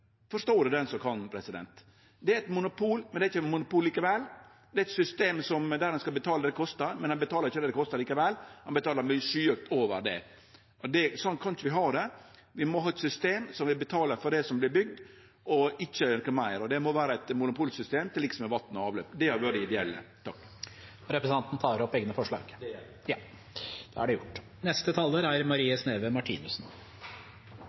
den som kan! Det er eit monopol, men det er ikkje monopol likevel. Det er eit system der ein skal betale det det kostar, men ein betalar ikkje det det kostar likevel. Ein betalar skyhøgt over det. Sånn kan vi ikkje ha det. Vi må ha eit system der vi betalar for det som blir bygd, og ikkje noko meir. Det må vere eit monopolsystem til liks med vatn og avløp. Det hadde vore det ideelle. Vil representanten ta opp egne forslag? Ja, det vil eg. Da